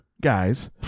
guys